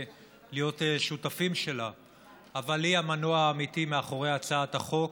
יש זכות להיות שותפים שלה אבל היא המנוע האמיתי מאחורי הצעת החוק.